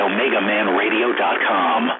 OmegaManRadio.com